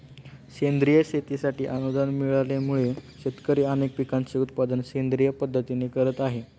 सेंद्रिय शेतीसाठी अनुदान मिळाल्यामुळे, शेतकरी अनेक पिकांचे उत्पादन सेंद्रिय पद्धतीने करत आहेत